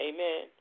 Amen